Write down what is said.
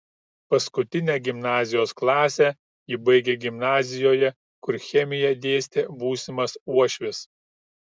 paskutinę gimnazijos klasę ji baigė gimnazijoje kur chemiją dėstė būsimas uošvis